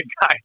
guy